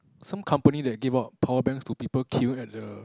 some company that give out power banks to people queuing at the